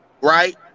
right